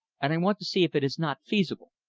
and i want to see if it is not feasible.